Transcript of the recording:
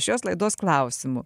šios laidos klausimų